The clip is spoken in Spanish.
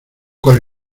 con